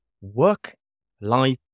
work-life